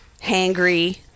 hangry